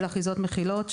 של אחיזות מכילות,